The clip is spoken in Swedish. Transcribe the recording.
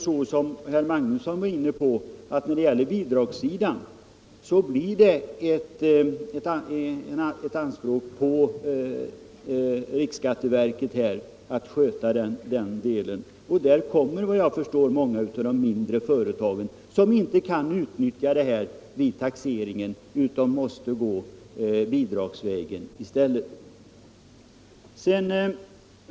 Som herr Magnusson nämnde, kommer det att ställas anspråk på att riksskatteverket skall sköta bidragssidan, och enligt vad jag förstår kommer många av de mindre företagen inte att kunna utnyttja avdraget vid taxeringen utan de måste gå bidragsvägen i stället.